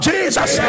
Jesus